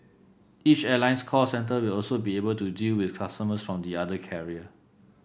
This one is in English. each airline's call centre will also be able to deal with customers from the other carrier